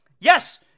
yes